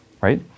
right